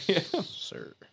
sir